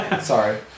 Sorry